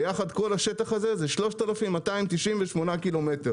ביחד כל השטח הזה הוא 3,298 קילומטרים.